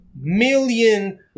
million